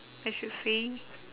I should say